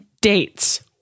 dates